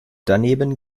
daneben